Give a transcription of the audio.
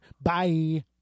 Bye